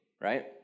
right